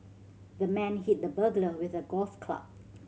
the man hit the burglar with a golf club